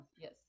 yes